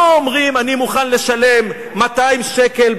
לא אומרים: אני מוכן לשלם 200 שקל,